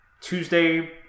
Tuesday